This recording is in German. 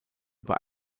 über